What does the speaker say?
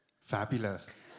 Fabulous